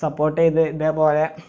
support ചെയ്ത് ഇതേ പോലെ